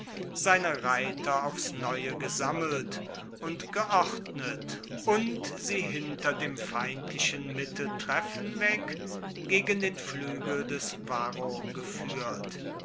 seine reiter aufs neue gesammelt und geordnet und sie hinter dem feindlichen mitteltreffen weg gegen den fluegel des varro gefuehrt